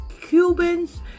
Cubans